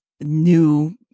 new